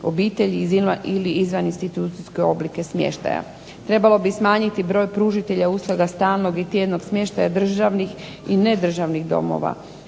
obitelj ili izvan institucijske oblike smještaja. Trebalo bi smanjiti broj pružatelja usluga stalnog i tjednog smještaja državnih i nedržavnih domova,